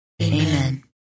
Amen